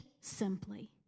simply